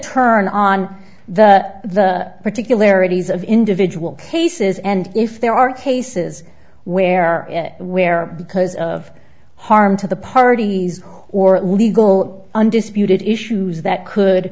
turn on the the particularities of individual cases and if there are cases where where because of harm to the parties or legal undisputed issues that